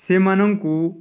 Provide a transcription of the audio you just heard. ସେମାନଙ୍କୁ